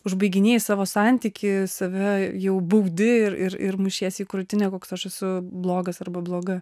užbaiginėji savo santykį save jau baudi ir ir mušiesi į krūtinę koks aš esu blogas arba bloga